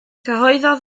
cyhoeddodd